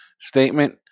Statement